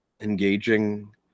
engaging